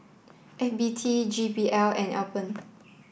F B T J B L and Alpen